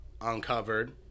Uncovered